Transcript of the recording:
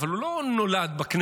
אבל הוא לא נולד בכנסת.